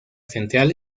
central